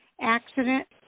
accident